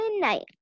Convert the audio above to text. midnight